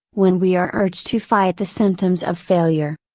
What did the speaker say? when we are urged to fight the symptoms of failure.